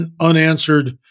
unanswered